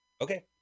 okay